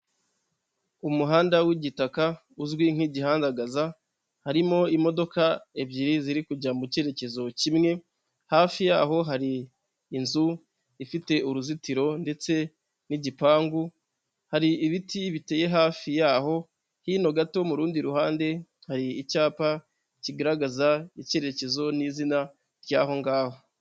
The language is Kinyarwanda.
Umuhanda w'igitaka uzwi nk'igihandagaza, harimo imodoka ebyiri ziri kujya mu cyerekezo kimwe, hafi yaho hari inzu ifite uruzitiro ndetse n'igipangu, hari ibiti biteye hafi yaho, hino gato mu rundi ruhande hari icyapa kigaragaza icyerekezo n'izina ry'aho ngaho.